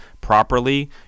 properly